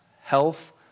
health